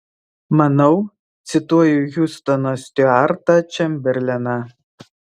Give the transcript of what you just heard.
manau cituoji hiustoną stiuartą čemberleną